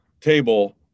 table